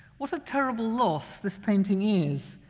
what a terrible loss this painting is.